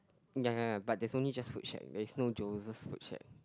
ya ya ya but there is only food shack there is no josher food shack